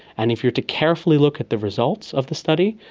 and if you are to carefully look at the results of the study,